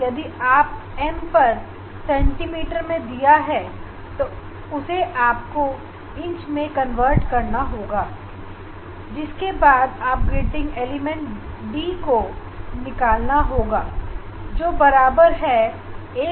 यदि यह m पर इंच में दिया है तो उसे आपको पर सेंटीमीटर में पर सेंटीमीटर में बदलना होगा जिसके बाद आपको ग्रेटिंग एलिमेंट d को निकालना होगा जो बराबर होगा 1m